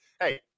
hey